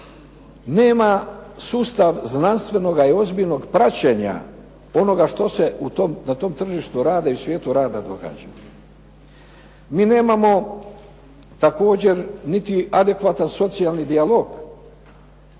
nema sustav znanstvenoga i ozbiljnog praćenja onoga što se na tom tržištu rada i u svijetu rada događa. Mi nemamo također niti adekvatan socijalni dijalog,